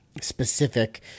specific